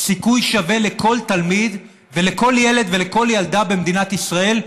סיכוי שווה לכל תלמיד ולכל ילד ולכל ילדה במדינת ישראל,